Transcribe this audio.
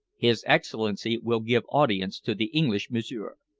his excellency will give audience to the english m'sieur.